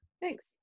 Thanks